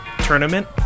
tournament